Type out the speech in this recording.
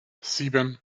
sieben